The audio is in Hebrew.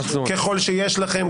ככל שיש לכם,